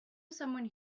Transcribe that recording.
someone